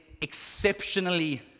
exceptionally